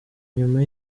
nyuma